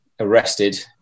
Arrested